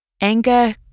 Anger